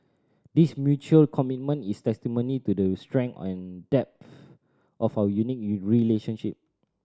this mutual commitment is testimony to the strength and depth of our unique relationship